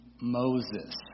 Moses